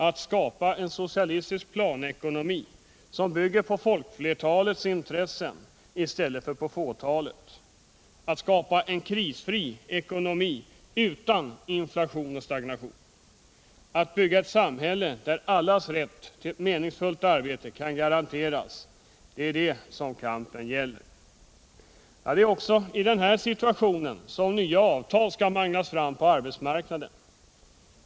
Att skapa en socialistisk planekonomi, som bygger på folkflertalets intressen i stället för på fåtalets, att skapa en krisfri ekonomi utan inflation och stagnation, att bygga ett samhälle där allas rätt till ett meningsfullt arbete kan garanteras — det är detta kampen gäller. Det är i denna situation av inflation och kriser som nya avtal skall manglas fram på arbetsmarknaden.